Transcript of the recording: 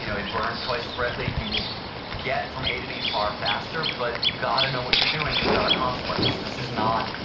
you know it burns twice brightly. you will get from a to b far faster but you've got to know what you're doing because there are consequences. this is not,